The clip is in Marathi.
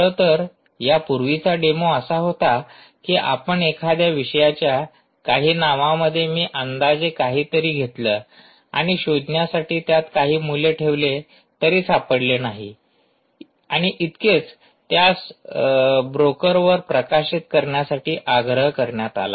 खरं तर या पूर्वीचा डेमो असा होता की आपण एखाद्या विषयाच्या काही नावांमध्ये मी अंदाजे काहीतरी घेतलं आणि शोधण्यासाठी त्यात काही मूल्य ठेवले तरी सापडले नाही आणि इतकेच त्यास ब्रोकरवर प्रकाशित करण्यासाठी आग्रह करण्यात आला